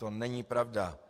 To není pravda.